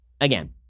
again